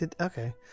Okay